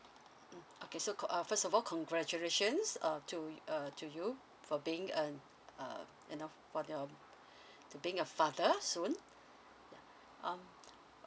mm okay so co~ uh first of all congratulations uh to uh to you for being um uh you know for your to being a father soon ya um